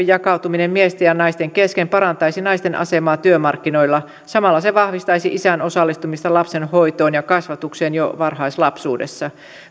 jakautuminen miesten ja naisten kesken parantaisi naisten asemaa työmarkkinoilla samalla se vahvistaisi isän osallistumista lapsen hoitoon ja kasvatukseen jo varhaislapsuudessa